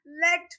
let